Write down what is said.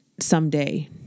someday